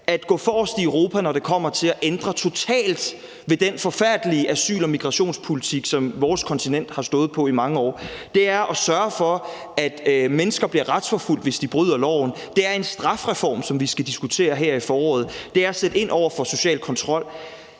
at gå forrest i Europa, når det kommer til at ændre totalt på den forfærdelige asyl- og migrationspolitik, som vores kontinent har stået på i mange år; at sørge for, at mennesker bliver retsforfulgt, hvis de bryder loven; en strafreform, som vi skal diskutere her i foråret; at sætte ind over for social kontrol.